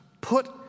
put